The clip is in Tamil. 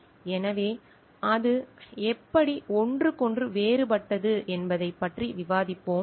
எனவே அது எப்படி ஒன்றுக்கொன்று வேறுபட்டது என்பதைப் பற்றி விவாதிப்போம்